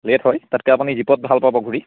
late হয় তাতকৈ আপুনি জীপত ভাল পাব ঘূৰি